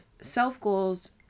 self-goals